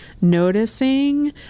noticing